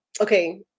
okay